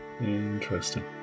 Interesting